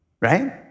right